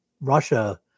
Russia